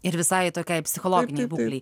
ir visai tokiai psichologinei būklei